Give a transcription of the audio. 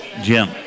jim